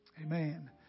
Amen